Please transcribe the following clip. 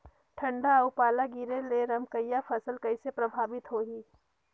ठंडा अउ पाला गिरे ले रमकलिया फसल कइसे प्रभावित होही?